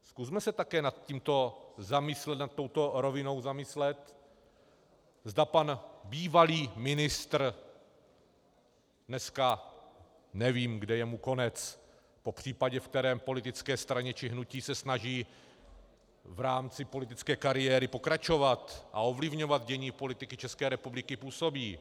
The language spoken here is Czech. Zkusme se také nad touto rovinou zamyslet, zda pan bývalý ministr, dneska nevím, kde je mu konec, popřípadě v které politické straně či hnutí se snaží v rámci politické kariéry pokračovat a ovlivňovat dění politiky České republiky, působí.